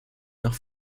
nach